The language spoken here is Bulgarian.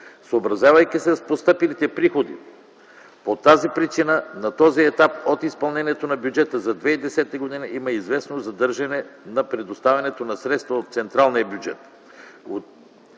съобразявайки се с постъпилите приходи. По тази причина на този етап от изпълнението на бюджета за 2010 г. има известно задържане на предоставянето на средства от централния бюджет.